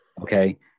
okay